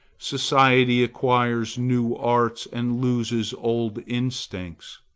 society acquires new arts and loses old instincts.